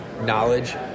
knowledge